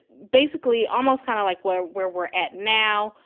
basically, almost kind of like where where we're at now,